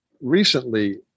Recently